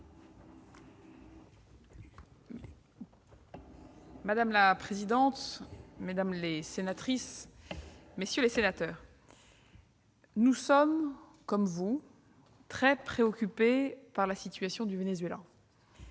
Madame la présidente, mesdames, messieurs les sénateurs, nous sommes, comme vous, très préoccupés par la situation du Venezuela.